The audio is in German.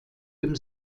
dem